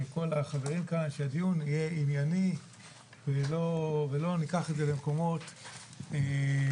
מכל החברים כאן שדיון יהיה ענייני ושלא ניקח את זה למקומות פופוליסטים,